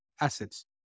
assets